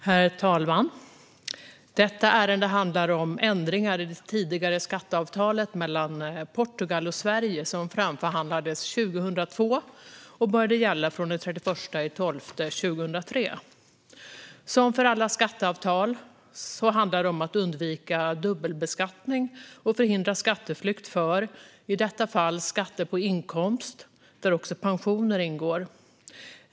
Ändring i skatteavtalet mellan Sverige och Portugal Herr talman! Detta ärende handlar om ändringar i det tidigare skatteavtalet mellan Portugal och Sverige som framförhandlades 2002 och började gälla från den 31 december 2003. Som för alla skatteavtal handlar det om att undvika dubbelbeskattning och förhindra skatteflykt för i detta fall skatter på inkomst, där också pensioner ingår.